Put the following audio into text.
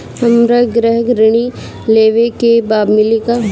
हमरा गृह ऋण लेवे के बा मिली का?